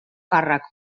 càrrec